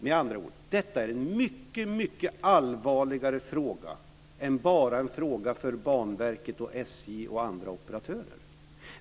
Med andra ord, detta är en mycket allvarligare fråga än bara en fråga för Banverket, SJ och andra operatörer.